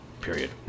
period